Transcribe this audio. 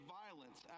violence